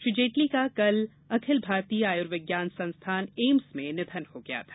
श्री जेटली का कल अखिल भारतीय आर्युविज्ञान संस्थान एम्स मेँ निधन हो गया था